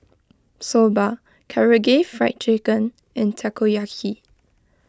Soba Karaage Fried Chicken and Takoyaki